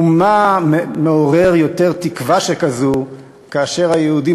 ומה מעורר יותר תקווה שכזאת מאשר כשהיהודים